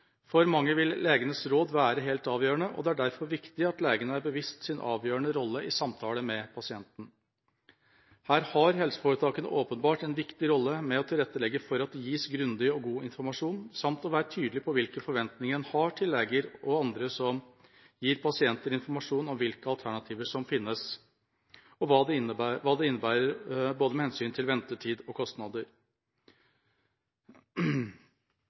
For mange vil legens råd være helt avgjørende, og det er derfor viktig at legen er seg bevisst sin avgjørende rolle i samtale med pasienten. Her har helseforetakene åpenbart en viktig rolle med å tilrettelegge for at det gis grundig og god informasjon, samt å være tydelig på hvilke forventninger en har til leger og andre som gir pasienter informasjon om hvilke alternativer som finnes, og hva det innebærer med hensyn til både ventetid og kostnader.